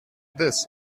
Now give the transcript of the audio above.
this